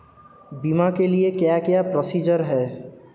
बीमा के लिए क्या क्या प्रोसीजर है?